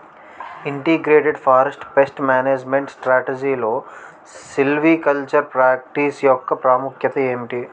Integrated forest pest management స్ట్రాటజీలో silvicultural practice యెక్క ప్రాముఖ్యత ఏమిటి??